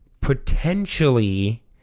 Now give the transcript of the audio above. potentially